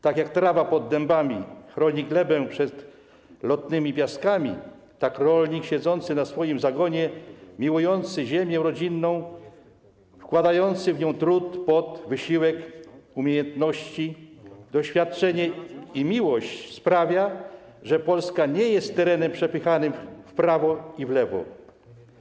Tak jak trawa pod dębami chroni glebę przed lotnymi piaskami, tak rolnik siedzący na swoim zagonie, miłujący ziemię rodzinną, wkładający w nią trud, pot, wysiłek, umiejętności, doświadczenie i miłość sprawia, że Polska nie jest terenem przepychanym w prawo i w lewo.